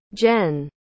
Jen